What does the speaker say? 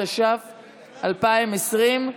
התש"ף 2020,